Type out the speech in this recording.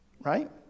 right